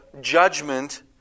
judgment